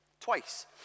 Twice